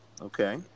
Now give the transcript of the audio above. okay